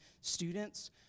students